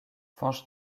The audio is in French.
fañch